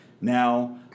Now